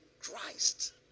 Christ